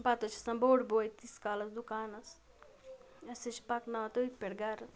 پَتہٕ حظ چھِ آسان بوٚڑ بوے تِتِس کالَس دُکانَس أسۍ حظ چھِ پَکناوان تٔتھۍ پٮ۪ٹھ گَرٕ